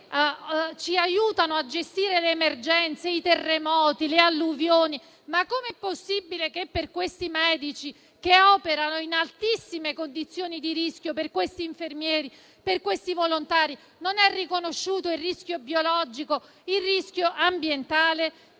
ci aiutano a gestire le emergenze, i terremoti o le alluvioni. Ma com'è possibile che per questi medici, che operano in altissime condizioni di rischio, per questi infermieri e per questi volontari non siano riconosciuti il rischio biologico e il rischio ambientale?